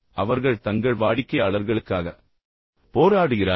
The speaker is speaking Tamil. பின்னர் அவர்கள் தங்கள் வாடிக்கையாளர்களுக்காக போராடுகிறார்கள்